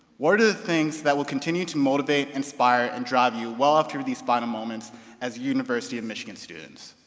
what are the things that will continue to motivate, inspire, and drive you well after these final moments as university of michigan students?